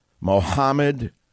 Mohammed